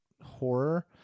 horror